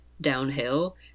downhill